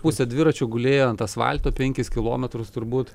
pusė dviračio gulėjo ant asfalto penkis kilometrus turbūt